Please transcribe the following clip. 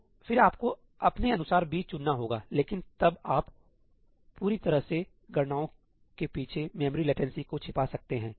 तो फिर आपको अपने अनुसार b चुनना होगा लेकिन तब आप पूरी तरह से आप जानते हैं गणनाओं के पीछे मेमोरी लेटेंसी को छिपा सकते हैं